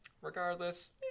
regardless